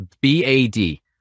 B-A-D